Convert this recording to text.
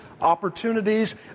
opportunities